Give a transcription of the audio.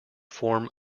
form